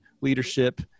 leadership